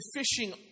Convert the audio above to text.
fishing